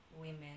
women